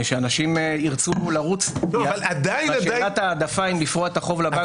שאנשים ירצו ושאלת ההעדפה אם לפרוע את החוב לבנק